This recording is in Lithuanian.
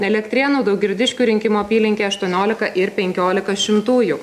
elektrėnų daugirdiškių rinkimų apylinkė aštuoniolika ir penkiolika šimtųjų